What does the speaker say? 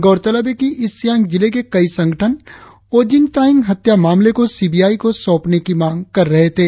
गौरतलब है कि ईस्ट सियांग जिले के कई संगठन ओजिंग तायिंग हत्या मामले को सी बी आई को सौपने की मांग कर रहे थे